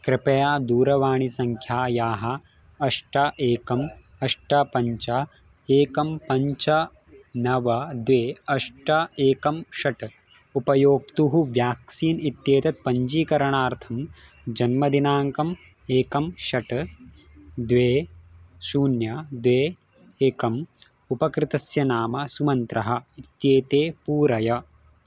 कृपया दूरवाणीसङ्ख्यायाः अष्ट एकम् अष्ट पञ्च एकं पञ्च नव द्वे अष्ट एकं षट् उपयोक्तुः व्याक्सीन् इत्येतत् पञ्जीकरणार्थं जन्मदिनाङ्कम् एकं षट् द्वे शून्यं द्वे एकम् उपकृतस्य नाम सुमन्त्रः इत्येतत् पूरय